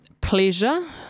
pleasure